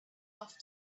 off